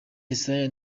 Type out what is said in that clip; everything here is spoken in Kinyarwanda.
yesaya